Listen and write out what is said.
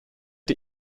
die